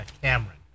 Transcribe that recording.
Cameron